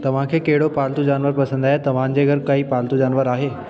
तव्हांखे कहिड़ो पालतू जानवर पसंदि आहे तव्हांजे घर काई पालतू जानवर आहे